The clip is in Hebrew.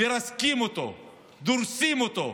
מרסקים אותו, דורסים אותו,